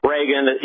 Reagan